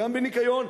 גם בניקיון,